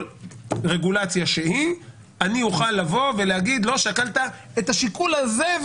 אומר לו שבכל רגולציה אתה תוכל לבוא ולהגיד שהוא לא שקל את השיקול הזה,